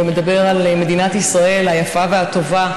ומדבר על מדינת ישראל הטובה והיפה,